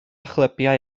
chlybiau